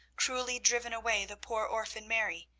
cruelly driven away the poor orphan mary,